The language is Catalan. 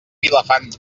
vilafant